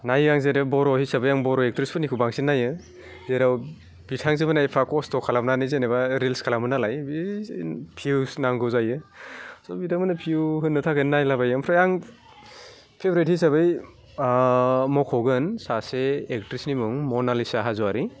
नायो आं जेरै बर' हिसाबै आं बर' एक्ट्रिसफोरनिखौ बांसिन नायो जेराव बिथांजोमोनहा एफा खस्थ' खालामनानै जेनबा रिल्स खालामो नालाय बे भिउस नांगौ जायो सह बिथांमोना भिउ होनो थाखाय नायलाबायो ओमफ्राय आं फेभ्रेट हिसाबै मख'गोन सासे एक्ट्रिसनि मुं मनालिसा हाज'वारि